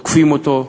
תוקפים אותו.